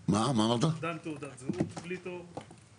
--- אובדן תעודת זהות בלי תור.